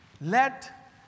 Let